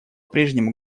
прежнему